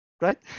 right